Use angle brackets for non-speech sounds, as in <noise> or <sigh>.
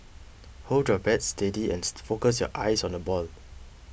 hold your bat steady and <unintelligible> focus your eyes on the ball